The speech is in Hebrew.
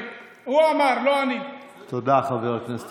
תודה רבה.